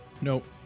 Nope